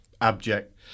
abject